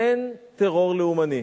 אין טרור לאומני.